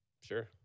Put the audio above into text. Sure